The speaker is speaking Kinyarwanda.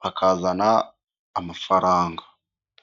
bakazana amafaranga.